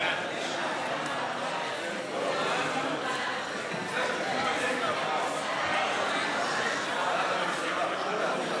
הצעת ועדת הכנסת להעביר את הצעת חוק איסור הפליה במוצרים,